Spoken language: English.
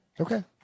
Okay